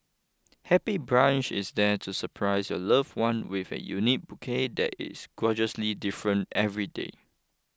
Happy Bunch is there to surprise your loved one with a unique bouquet that is gorgeously different every day